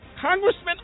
Congressman